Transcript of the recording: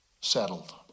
settled